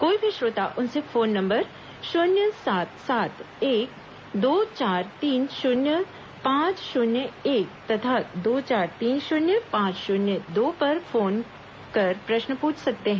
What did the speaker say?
कोई भी श्रोता उनसे फोन नंबर शून्य सात सात एक दो चार तीन शून्य पांच शून्य एक तथा दो चार तीन शूनय पांच शून्य दो पर फोन कर प्रश्न पूछ सकता है